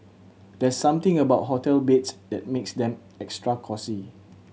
there's something about hotel beds that makes them extra cosy